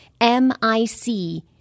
M-I-C